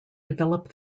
develop